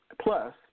Plus